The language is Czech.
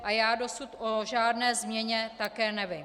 A já dosud o žádné změně také nevím.